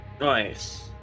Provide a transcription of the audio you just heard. Nice